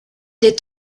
est